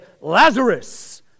Lazarus